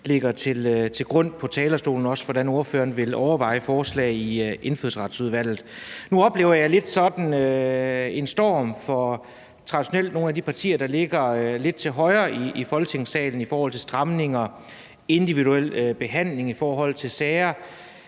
ordføreren viser på talerstolen – også i forhold til, at ordføreren vil overveje forslag i Indfødsretsudvalget. Nu oplever jeg lidt sådan en storm fra de partier, der traditionelt ligger lidt til højre i Folketingssalen i forhold til stramninger, individuel behandling af sager.